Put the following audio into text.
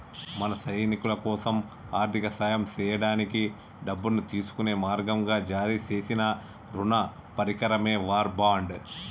మన సైనికులకోసం ఆర్థిక సాయం సేయడానికి డబ్బును తీసుకునే మార్గంగా జారీ సేసిన రుణ పరికరమే వార్ బాండ్